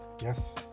Yes